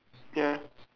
yeah